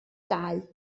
dau